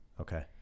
Okay